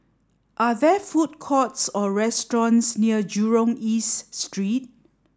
are there food courts or restaurants near Jurong East Street